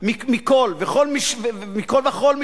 מכול וכול,